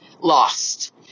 lost